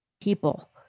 people